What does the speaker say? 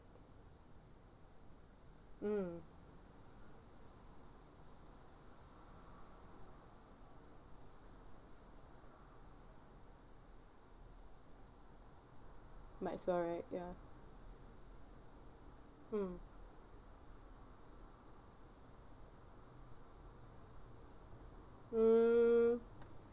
mm might as well right ya mm hmm